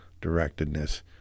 directedness